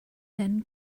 then